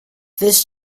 this